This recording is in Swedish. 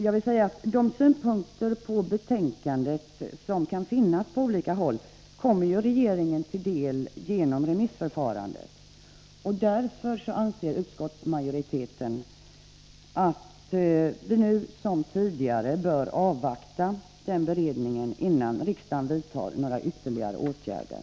Jag vill säga att de synpunkter på betänkandet som kan finnas på olika håll kommer ju regeringen till del genom remissförfarandet, och därför anser utskottsmajoriteten att man nu som tidigare bör avvakta beredningen innan riksdagen vidtar några ytterligare åtgärder.